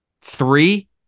three